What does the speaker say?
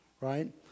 right